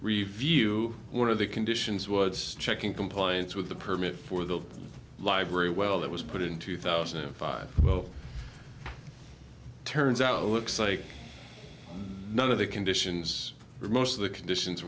review one of the conditions was checking compliance with the permit for the library well that was put in two thousand and five well turns out it looks like none of the conditions or most of the conditions